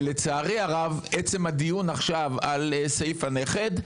לצערי הרב, עצם הדיון עכשיו על סעיף הנכד,